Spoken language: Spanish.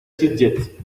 sitges